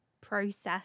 process